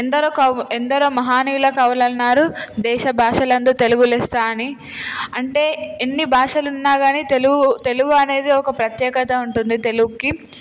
ఎందరో కవులు ఎందరో మహానీయుల కవలన్నారు దేశభాషలందు తెలుగు లెస్స అని అంటే ఎన్ని భాషలు ఉన్నాకాని తెలుగు తెలుగు అనేది ఒక ప్రత్యేకత ఉంటుంది తెలుగుకి